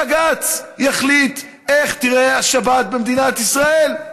בג"ץ יחליט איך תיראה השבת במדינת בישראל.